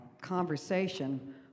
conversation